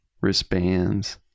wristbands